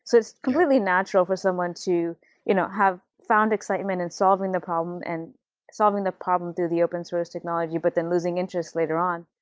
so it's completely natural for someone to you know have found excitement in solving the problem, and solving the problem through the open-source technology, but then losing interest later on.